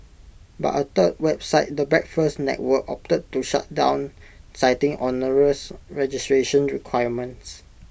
but A third website the breakfast network opted to shut down citing onerous registration requirements